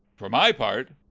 for my part,